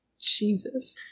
Jesus